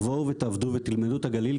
תבואו ותעבדו ותלמדו את הגליל,